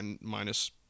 minus